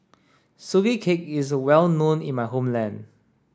sugee cake is well known in my homeland